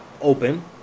open